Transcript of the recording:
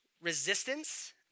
resistance